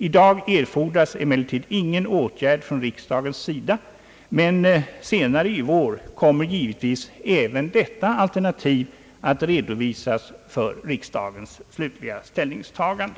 I dag erfordras emellertid ingen åtgärd från riksdagens sida, men senare i vår kommer givetvis även detta alternativ att redovisas för riksdagens slutliga ställningstagande.